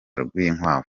rwinkwavu